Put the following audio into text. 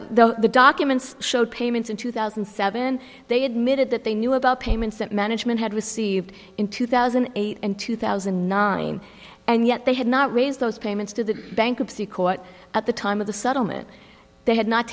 that the documents showed payments in two thousand and seven they admitted that they knew about payments that management had received in two thousand and eight and two thousand and nine and yet they had not raised those payments to the bankruptcy court at the time of the settlement they had not